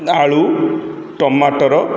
ଆଳୁ ଟମାଟର